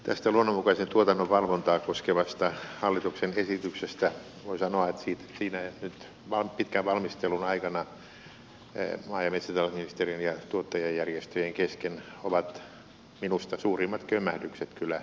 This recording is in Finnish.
tästä luonnonmukaisen tuotannon valvontaa koskevasta hallituksen esityksestä voi sanoa että siinä varsin pitkän valmistelun aikana maa ja metsätalousministeriön ja tuottajajärjestöjen kesken ovat minusta suurimmat kömmähdykset kyllä hioutuneet pois